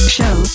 Show